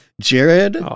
Jared